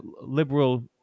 liberal